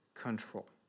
control